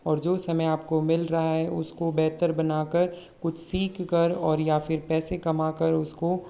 और जो समय आप को मिल रहा है उस को बेहतर बना कर कुछ सीख कर और या फिर पैसे कमा कर उस को